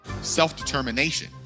self-determination